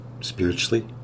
spiritually